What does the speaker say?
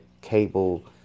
cable